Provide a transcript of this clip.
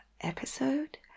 episode